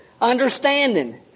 Understanding